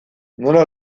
nola